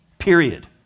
Period